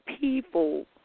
people